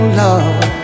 love